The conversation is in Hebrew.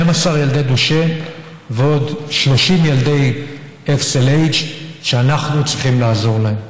12 ילדי דושן ועוד 30 ילדי FSLH שאנחנו צריכים לעזור להם.